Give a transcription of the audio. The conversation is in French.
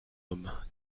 homme